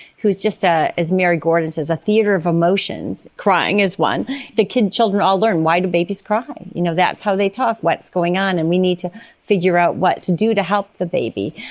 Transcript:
who is just, ah as mary gordon says, a theatre of emotions. crying is one the children all learn. why do babies cry? you know that's how they talk, what's going on, and we need to figure out what to do to help the baby.